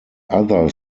other